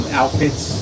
outfits